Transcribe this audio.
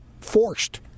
forced